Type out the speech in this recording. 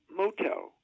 motel